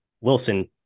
Wilson